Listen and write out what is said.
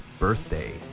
birthday